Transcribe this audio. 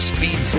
Speed